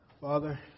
Father